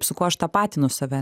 su kuo aš tapatinu save